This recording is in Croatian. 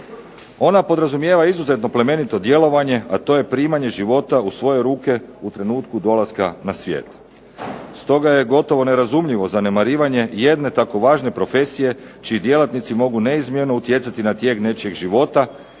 Ona podrazumijeva izuzetno plemenito djelovanje, a to je primanje života u svoje ruke u trenutku dolaska na svijet. Stoga je gotovo nerazumljivo zanemarivanje jedne tako važne profesije čiji djelatnici mogu neizmjerno utjecati na tijek nečijeg života